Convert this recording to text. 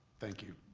thank you.